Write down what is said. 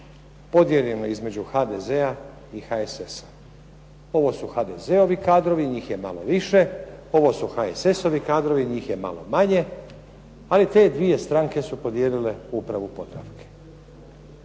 podijeljeno između HDZ-a i HSS-a. Ovo su HDZ-ovi kadrovi, njih je malo više. Ovo su HSS-ovi kadrovi njih je malo manje, ali te dvije stranke su podijelile upravu Podravke.